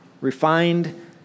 refined